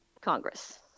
Congress